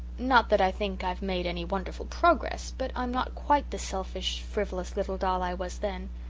not that i think i've made any wonderful progress but i'm not quite the selfish, frivolous little doll i was then.